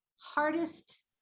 hardest